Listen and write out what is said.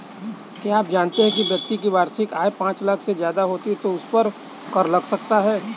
क्या आप जानते है व्यक्ति की वार्षिक आय पांच लाख से ज़्यादा होती है तो उसपर कर लगता है?